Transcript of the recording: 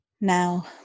Now